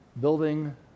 building